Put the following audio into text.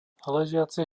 ležiaci